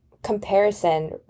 comparison